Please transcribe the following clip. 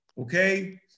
okay